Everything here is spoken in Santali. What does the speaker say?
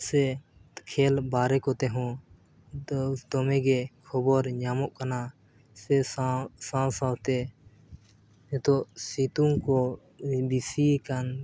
ᱥᱮ ᱠᱷᱮᱞ ᱵᱟᱨᱮ ᱠᱚᱛᱮ ᱦᱚᱸ ᱫᱟᱹᱣ ᱫᱚᱢᱮᱜᱮ ᱠᱷᱚᱵᱚᱨ ᱧᱟᱢᱚᱜ ᱠᱟᱱᱟ ᱥᱮ ᱥᱟᱶ ᱥᱟᱶ ᱥᱟᱶᱛᱮ ᱱᱤᱛᱚᱜ ᱥᱤᱛᱩᱝ ᱠᱚ ᱵᱤᱥᱤᱭᱟᱠᱟᱱ